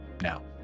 now